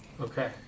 Okay